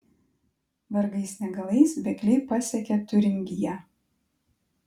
vargais negalais bėgliai pasiekia tiuringiją